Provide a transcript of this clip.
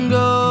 go